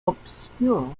obscure